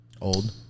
old